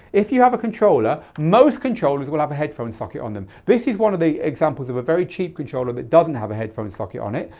if you have a controller, most controllers will have a headphone socket on them. this is one of the examples of a very cheap controller that doesn't have a headphone socket on it.